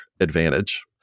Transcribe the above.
advantage